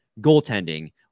goaltending